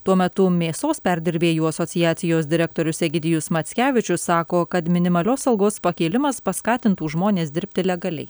tuo metu mėsos perdirbėjų asociacijos direktorius egidijus mackevičius sako kad minimalios algos pakėlimas paskatintų žmones dirbti legaliai